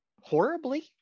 horribly